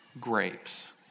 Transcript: grapes